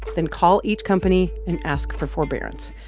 then call each company and ask for forbearance.